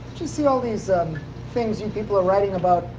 you see all these um things you people are writing about